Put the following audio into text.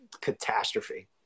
catastrophe